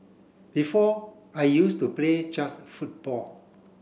before I used to play just football